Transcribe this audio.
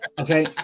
Okay